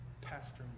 Pastor